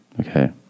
okay